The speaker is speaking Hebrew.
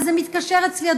אבל זה מתקשר אצלי,